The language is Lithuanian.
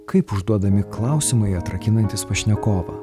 kaip užduodami klausimai atrakinantys pašnekovą